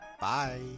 Bye